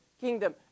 kingdom